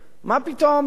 משלמים פיצויים.